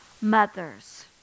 mothers